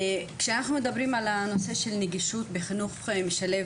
כשאנחנו מדברים על הנושא של נגישות בחינוך משלב